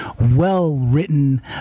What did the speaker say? well-written